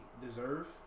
deserve